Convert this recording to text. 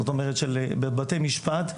זאת אומרת שבתי משפט,